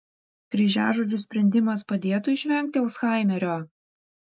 kryžiažodžių sprendimas padėtų išvengti alzhaimerio